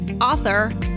author